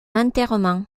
enterrement